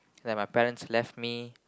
like my parents left me